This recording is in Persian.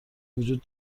وجود